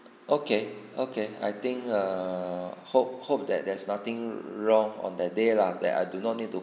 okay okay I think err hope hope that there's nothing wrong on that day lah that I do not need to